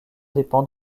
dépend